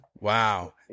wow